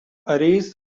arrays